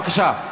בבקשה.